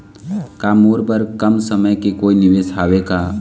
का मोर बर कम समय के कोई निवेश हावे का?